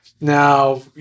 Now